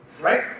Right